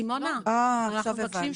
אה, עכשיו הבנתי.